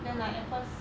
then like at first